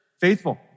faithful